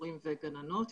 מורים וגננות.